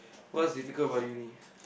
what's difficult about uni